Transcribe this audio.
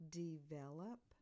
develop